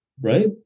right